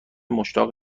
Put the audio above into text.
مشتاق